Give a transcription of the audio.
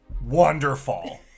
Wonderful